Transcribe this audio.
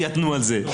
יתנו על זה.